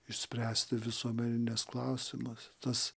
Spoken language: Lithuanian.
išspręsti visuomenines klausimus tas